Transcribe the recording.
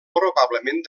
probablement